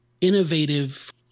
innovative